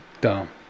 Dumb